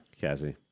Cassie